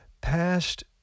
passed